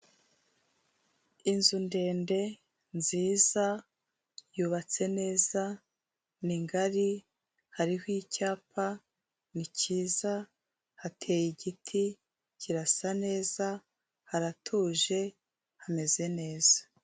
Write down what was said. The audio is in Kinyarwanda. Inzu ndende nziza yubatse neza, ni ngari hariho icyapa ni cyiza hateye igiti kirasa neza haratuje hameze neza.